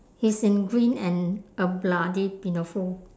he's in green and a bloody pinafore